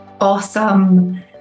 awesome